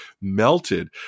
melted